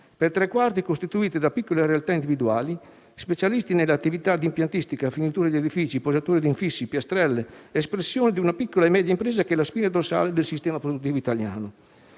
per tre quarti costituite da piccole realtà individuali, specialisti nelle attività di impiantistica, finitura degli edifici, posatori di infissi, espressione di una piccola e media impresa che è la spina dorsale del sistema produttivo italiano;